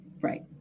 Right